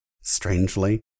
strangely